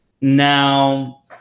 Now